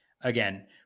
again